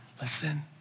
listen